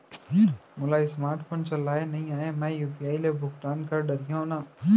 मोला smartphone चलाए नई आए मैं यू.पी.आई ले भुगतान कर डरिहंव न?